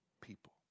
people